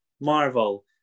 Marvel